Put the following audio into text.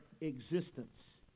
existence